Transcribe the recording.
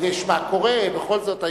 קורה, בכל זאת.